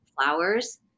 flowers